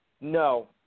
No